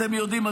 אתם יודעים,